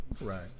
Right